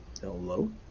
Hello